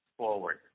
forward